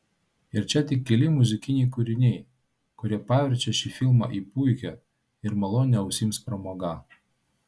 ir čia tik keli muzikiniai kūriniai kurie paverčia šį filmą į puikią ir malonią ausims pramogą